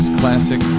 classic